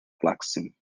clarkson